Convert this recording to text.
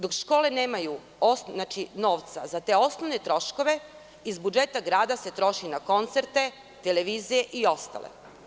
Dok škole nemaju novca za te osnovne troškove, iz budžeta grada se troši na koncerte, televizije i ostalo.